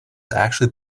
actually